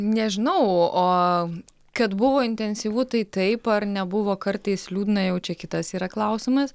nežinau o kad buvo intensyvu tai taip ar nebuvo kartais liūdna jau čia kitas yra klausimas